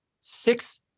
six